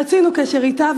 רצינו קשר אתה,